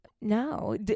No